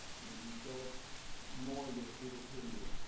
when you dose more into the fetal period,